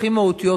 הכי מהותיות,